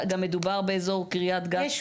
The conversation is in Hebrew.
מדובר באזור קרית גת ועל עוד אתר.